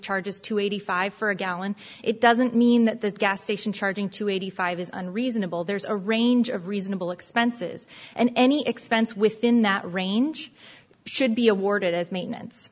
charges two eighty five for a gallon it doesn't mean that the gas station charging to eighty five isn't reasonable there's a range of reasonable expenses and any expense within that range should be awarded as maintenance